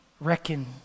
reckon